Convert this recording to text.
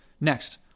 Next